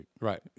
Right